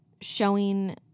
showing